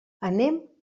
anem